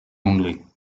only